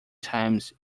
times